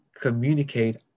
communicate